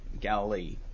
Galilee